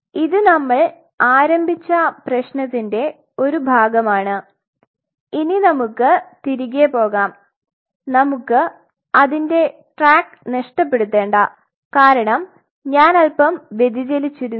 ഇത് നമ്മൾ ആരംഭിച്ച പ്രശ്നത്തിന്റെ ഒരു ഭാഗമാണ് ഇനി നമുക്ക് തിരികെ പോകാം നമ്മുക് അതിന്റെ ട്രാക്ക് നഷ്ടപ്പെടുതണ്ട കാരണം ഞാൻ അൽപ്പം വ്യതിചലിചിരുന്നു